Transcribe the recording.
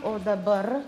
o dabar